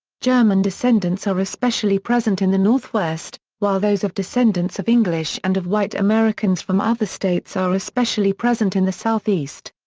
german descendants are especially present in the northwest, while those of descendants of english and of white americans from other states are especially present in the southeast.